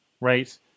right